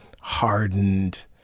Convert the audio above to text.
hardened